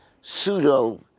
pseudo